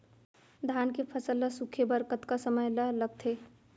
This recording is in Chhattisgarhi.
धान के फसल ल सूखे बर कतका समय ल लगथे?